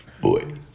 Boy